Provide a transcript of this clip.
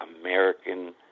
American